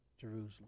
Jerusalem